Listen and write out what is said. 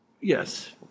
Yes